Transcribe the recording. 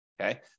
okay